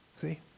See